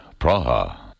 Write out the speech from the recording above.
Praha